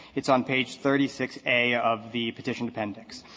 it's on page thirty six a of the petition appendix.